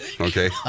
okay